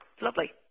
lovely